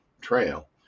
Trail